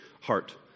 heart